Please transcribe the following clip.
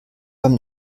beim